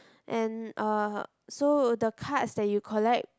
and uh so the cards that you collect